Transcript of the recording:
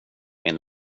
min